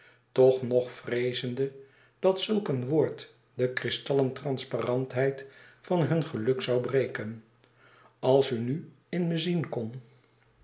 toch nog vreezende dat zulk een woord de kristallen transparantheid van hun geluk zoû breken als u nu in me zien kon